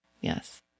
Yes